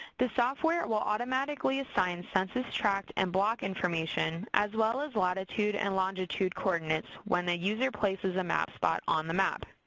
the software will automatically assign census tract and block information as well as latitude and longitude coordinates when a user places a map spot on the map.